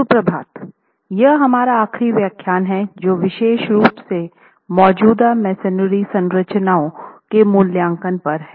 सुप्रभात यह हमारा आखिरी व्याख्यान है जो विशेष रूप से मौजूदा मेसनरी संरचनाओं के मूल्यांकन पर है